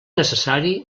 necessari